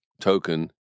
token